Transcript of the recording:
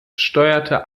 steuerte